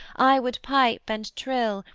i would pipe and trill,